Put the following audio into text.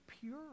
pure